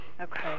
Okay